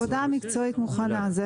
העבודה המקצועית מוכנה.